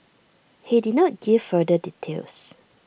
he did not give further details